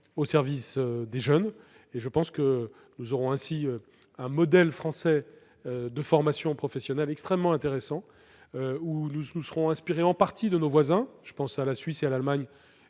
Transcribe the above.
au service des jeunes. Je pense que nous aurons ainsi un modèle français de formation professionnelle extrêmement intéressant. Nous nous serons inspirés en partie de nos voisins, comme la Suisse et l'Allemagne,